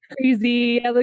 Crazy